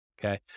Okay